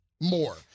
more